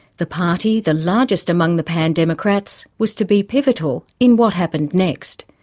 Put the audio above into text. the party, the largest among the pan democrats, was to be pivotal in what happened next.